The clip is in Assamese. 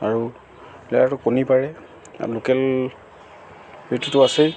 আৰু লেয়াৰটো কণী পাৰে লোকেল সেইটোতো আছেই